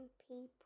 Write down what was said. people